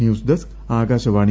news desk Akashvani